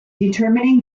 determining